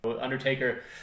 Undertaker